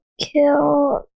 kill